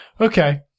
okay